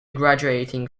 graduating